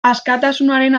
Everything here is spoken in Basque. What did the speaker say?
askatasunaren